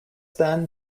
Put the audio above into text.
than